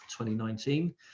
2019